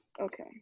Okay